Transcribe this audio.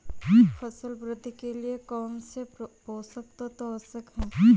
फसल वृद्धि के लिए कौनसे पोषक तत्व आवश्यक हैं?